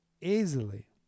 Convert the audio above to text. Easily